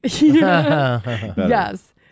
Yes